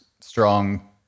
strong